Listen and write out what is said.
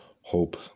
hope